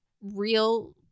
real